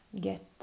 get